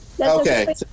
Okay